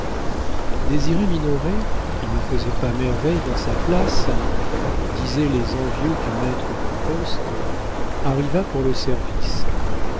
désiré minoret qui ne faisait pas merveille dans sa place disaient les envieux du maître de poste arriva pour le service